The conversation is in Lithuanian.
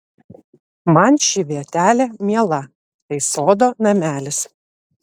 man ši vietelė miela tai sodo namelis